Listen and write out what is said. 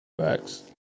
Facts